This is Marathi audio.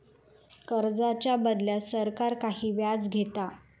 कर्जाच्या बदल्यात सरकार काही व्याज घेता